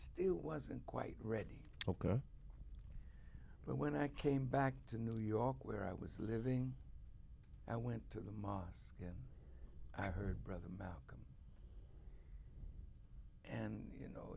still wasn't quite ready oka but when i came back to new york where i was living i went to the mosque yet i heard brother mao and you know